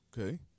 Okay